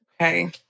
okay